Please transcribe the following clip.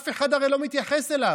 אף אחד הרי לא מתייחס אליו.